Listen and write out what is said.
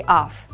off